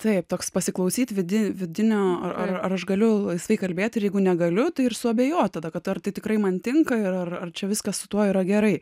taip toks pasiklausyt vidinio vidinio ar aš galiu laisvai kalbėti ir jeigu negaliu tai ir suabeji tada kad ar tai tikrai man tinka ir ar čia viskas su tuo yra gerai